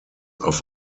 auf